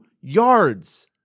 yards